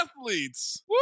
athletes